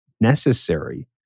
necessary